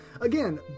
again